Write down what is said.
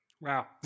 Wow